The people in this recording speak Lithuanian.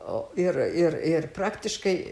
ir ir ir praktiškai